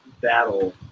battle